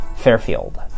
Fairfield